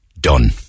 Done